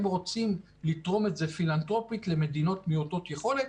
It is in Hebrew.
הם רוצים לתרום את זה פילנטרופית למדינות מעוטות יכולות.